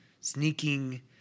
sneaking